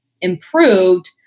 improved